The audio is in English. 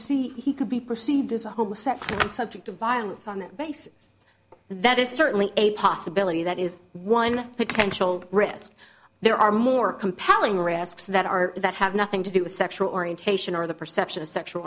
perceive he could be perceived as a homosexual subject to violence on that basis that is certainly a possibility that is one potential risk there are more compelling risks that are that have nothing to do with sexual orientation or the perception of sexual